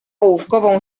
ołówkową